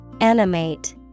Animate